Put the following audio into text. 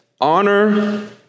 honor